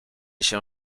się